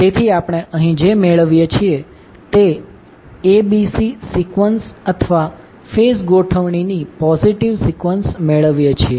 તેથી આપણે અહીં જે મેળવીએ છીએ તે આપણે abc સિકવન્સ અથવા ફેઝ ગોઠવણીની પોઝિટિવ સિકવન્સ મેળવીએ છીએ